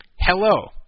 Hello